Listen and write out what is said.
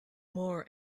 more